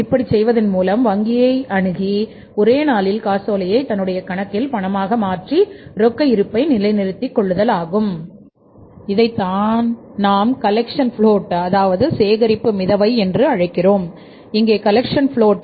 இப்படி செய்வதன் மூலம் வங்கியை அணுகி ஒரேநாளில் காசோலையை தன்னுடைய கணக்கில் பணமாக மாற்றி ரொக்க இருப்பை நிலைநிறுத்திக் கொள்ளுதல் இதைத்தான் நாம் கலெக்சன் பிளோட்